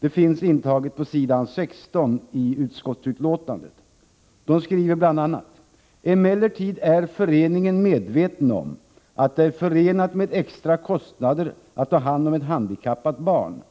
Det finns intaget på s. 16 i utskottsbetänkandet. Föreningen anför bl.a.: ”Emellertid är föreningen medveten om att det är förenat med extra kostnader för att ta hand om ett handikappat barn.